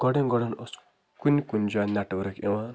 گۄڈٕ گۄڈٕ اوس کُنہِ کُنہِ جایہِ نٮ۪ٹورک یِوان